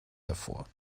hervor